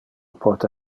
pote